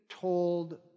told